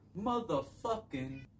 Motherfucking